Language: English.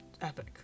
epic